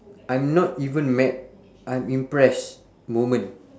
I'm not even mad I'm impressed moment